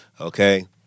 okay